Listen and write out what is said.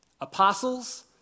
apostles